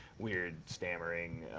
weird, stammering,